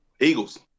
Eagles